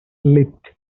lit